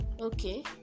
Okay